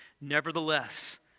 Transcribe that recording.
Nevertheless